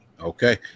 Okay